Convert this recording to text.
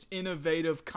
innovative